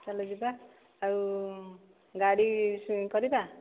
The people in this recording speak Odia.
ଚାଲଯିବା ଆଉ ଗାଡ଼ି କରିବା